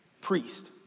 Priest